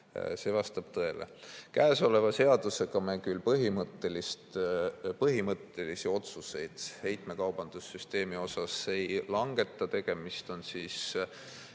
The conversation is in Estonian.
See vastab tõele. Käesoleva seadusega me küll põhimõttelisi otsuseid heitmekaubanduse süsteemi kohta ei langeta. Tegemist on